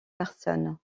personne